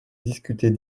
discuter